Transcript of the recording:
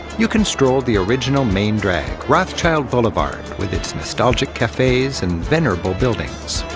you can stroll the original main drag, rothschild boulevard, with its nostalgic cafes and venerable buildings.